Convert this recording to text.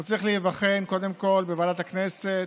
הוא צריך להיבחן קודם כול בוועדת הכנסת,